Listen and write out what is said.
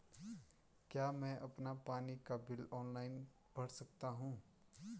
क्या मैं अपना पानी का बिल ऑनलाइन भर सकता हूँ?